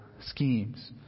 schemes